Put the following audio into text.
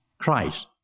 Christ